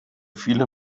viele